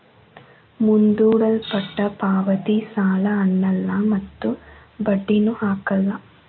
ಮುಂದೂಡಲ್ಪಟ್ಟ ಪಾವತಿ ಸಾಲ ಅನ್ನಲ್ಲ ಮತ್ತು ಬಡ್ಡಿನು ಹಾಕಲ್ಲ